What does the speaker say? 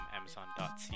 Amazon.ca